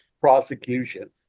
prosecution